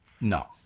no